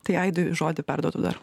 tai aidui žodį perduodu dar